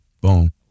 boom